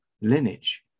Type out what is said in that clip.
lineage